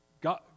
God